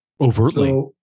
Overtly